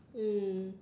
mm